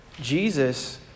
Jesus